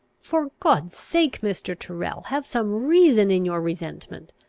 for god's sake, mr. tyrrel, have some reason in your resentment!